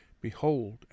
behold